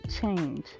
change